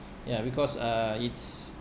ya because uh it's